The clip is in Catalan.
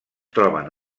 troben